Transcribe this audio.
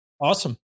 Awesome